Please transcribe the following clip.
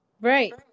Right